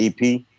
EP